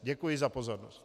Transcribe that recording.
Děkuji za pozornost.